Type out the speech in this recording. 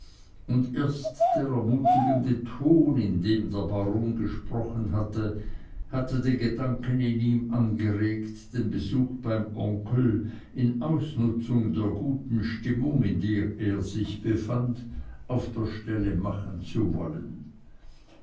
und erst der ermutigende ton in dem der baron gesprochen hatte hatte den gedanken in ihm angeregt den besuch beim onkel in ausnutzung der guten stimmung in der er sich befand auf der stelle machen zu wollen